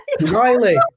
Riley